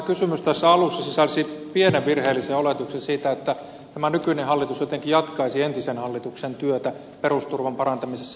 kysymys tässä alussa sisälsi pienen virheellisen oletuksen siitä että tämä nykyinen hallitus jotenkin jatkaisi entisen hallituksen työtä perusturvan parantamisessa